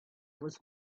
was